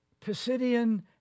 Pisidian